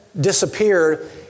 disappeared